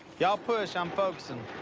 y'all push, i'm focusin'.